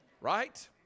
Right